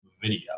video